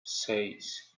seis